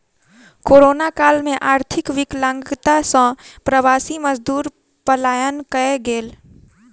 corona काल में आर्थिक विकलांगता सॅ प्रवासी मजदूर पलायन कय गेल